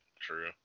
True